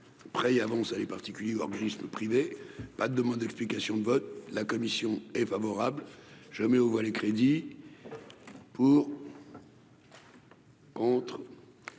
Prêts et avances à des particuliers, organismes privés, pas de demande d'explications de vote, la commission est favorable, je mets aux voix le crédit pour. Entre